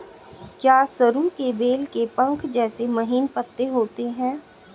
क्या सरु के बेल के पंख जैसे महीन पत्ते होते हैं?